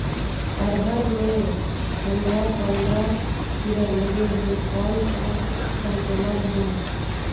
अरहर मे पंडरा पंडरा कीरा लगे हे कौन सा संक्रमण हे?